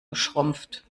geschrumpft